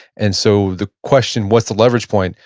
and so the question, what's the leverage point,